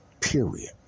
period